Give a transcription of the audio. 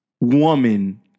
woman